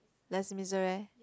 Les-Miserables